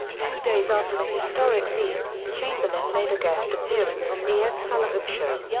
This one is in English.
two days after the historic feat, chamberlain made a guest appearance on the ed sullivan show.